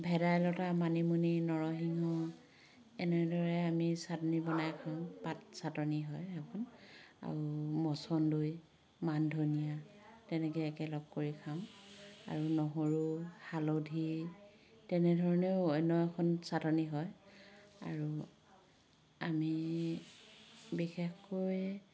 ভেদাইলতা মানিমুনি নৰসিংহ এনেদৰে আমি চাটনী বনাই খাওঁ পাত চাটনী হয় সেইবোৰ আৰু মচন্দৰী মান ধনীয়া তেনেকে একেলগ কৰি খাম আৰু নহৰু হালধি তেনেধৰণেও অন্য এখন চাটনী হয় আৰু আমি বিশেষকৈ